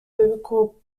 biblical